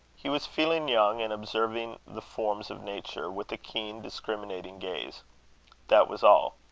he was feeling young, and observing the forms of nature with a keen discriminating gaze that was all.